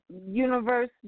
universe